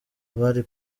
bari